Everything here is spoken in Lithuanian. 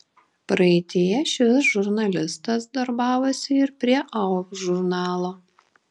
praeityje šis žurnalistas darbavosi ir prie au žurnalo